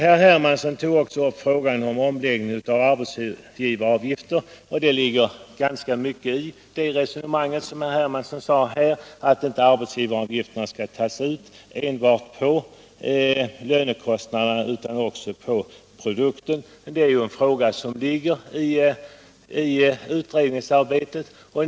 Herr Hermansson tog också upp frågan om en omläggning av arbetsgivaravgiften. Det ligger mycket i herr Hermanssons resonemang att arbetsgivaravgiften inte skall tas ut enbart på lönekostnaden utan också på produktionen. Men det är en fråga som ingår i utredningsuppdrag.